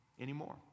anymore